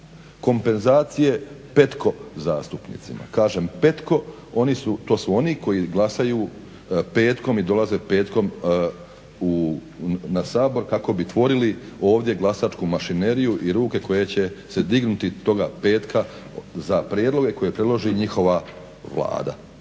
kompenzacije petkom zastupnicima. Kažem petkom, to su oni koji glasaju petkom i dolaze petkom na Sabor kako bi tvorili ovdje glasačku mašineriju i ruke koje će se dignuti toga petka za prijedloge koje predloži njihova Vlada.